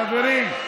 חברים,